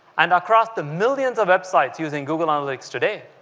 and across the millions of websites using google analytics today,